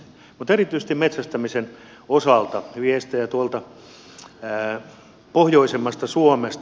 mutta erityisesti metsästämisen osalta viestejä tuolta pohjoisemmasta suomesta